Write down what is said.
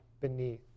beneath